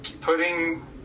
putting